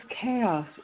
chaos